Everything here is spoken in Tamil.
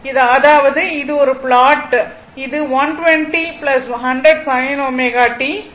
அதாவது இந்த ஒரு ப்ளாட் இது 120 100 sin ω t